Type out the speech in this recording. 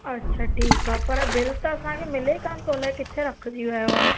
अच्छा ठीक आ पर बिल त असांखे मिले कानि तो अलाए किथे रखिजी वियो आ